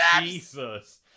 Jesus